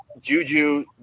Juju